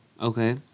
Okay